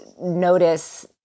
notice